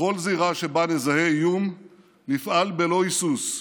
בכל זירה שבה נזהה איום נפעל בלא היסוס,